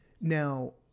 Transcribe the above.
now